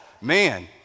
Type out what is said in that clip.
man